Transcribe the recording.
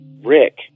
Rick